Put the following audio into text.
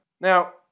Now